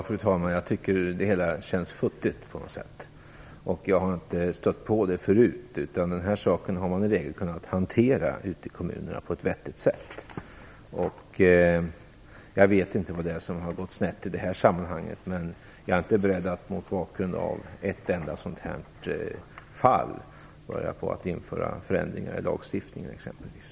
Fru talman! Jag tycker att det hela känns futtigt på något sätt. Jag har inte stött på det förut. Den här saken har man i regel kunnat hantera på ett vettigt sätt ute i kommunerna. Jag vet inte vad det är som har gått snett i det här sammanhanget. Men jag är inte beredd att mot bakgrund av ett enda sådant här fall börja införa förändringar i lagstiftningen, exempelvis.